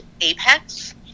Apex